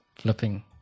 Flipping